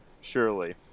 surely